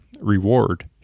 reward